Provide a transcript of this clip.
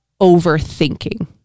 overthinking